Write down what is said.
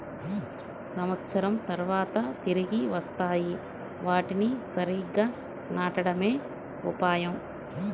సంవత్సరం తర్వాత తిరిగి వస్తాయి, వాటిని సరిగ్గా నాటడమే ఉపాయం